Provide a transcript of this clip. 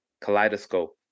Kaleidoscope